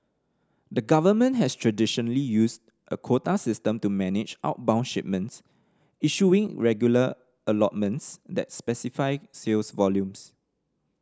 the government has traditionally used a quota system to manage outbound shipments issuing regular allotments that specify sales volumes